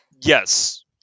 yes